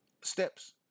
steps